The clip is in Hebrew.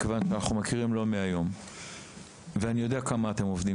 אנחנו מכירים לא מהיום ואני באמת יודע כמה קשה אתם עובדים,